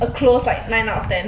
what